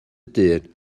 dyn